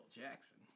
Jackson